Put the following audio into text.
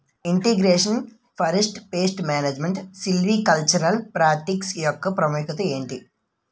integration forest pest management silvicultural practice యెక్క ప్రాముఖ్యత ఏంటి